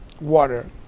water